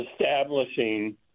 establishing